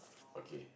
okay